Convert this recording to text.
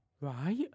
Right